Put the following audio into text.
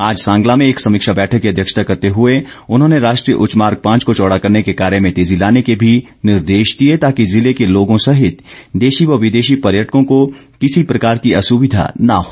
आज सांगला में एक समीक्षा बैठक की अध्यक्षता करते हुए उन्होंने राष्ट्रीय उच्च मार्ग पांच को चौड़ा करने के कार्य में तेजी लाने के भी निर्देश दिए ताकि जिले के लोगों सहित देशी व विदेशी पर्यटकों को किसी प्रकार की असुविधा न हो